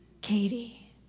Katie